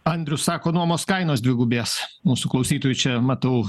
andrius sako nuomos kainos dvigubės mūsų klausytojų čia matau